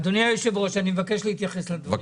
אדוני היושב-ראש, אני מבקש להתייחס לדברים בקצרה.